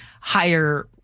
higher